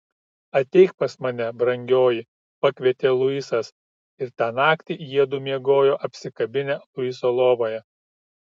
ateik pas mane brangioji pakvietė luisas ir tą naktį jiedu miegojo apsikabinę luiso lovoje